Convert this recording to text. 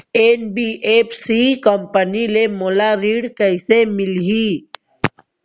NBFC company ले मोला ऋण कइसे मिलही?